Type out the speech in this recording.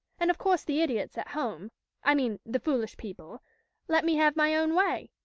and of course the idiots at home i mean the foolish people let me have my own way.